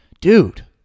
dude